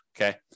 okay